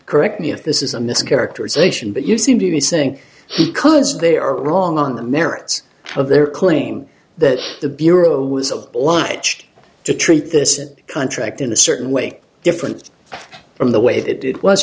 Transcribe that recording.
correct me if this is a mis characterization but you seem to be saying because they are wrong on the merits of their claim that the bureau was obliged to treat this contract in a certain way different from the way they did was